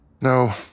No